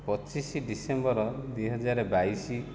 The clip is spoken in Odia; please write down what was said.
ପଚିଶ ଡିସେମ୍ବର ଦୁଇହଜାର ବାଇଶ